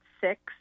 six